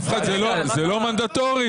זה לא מנדטורי.